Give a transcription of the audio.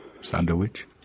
Sandwich